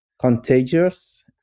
contagious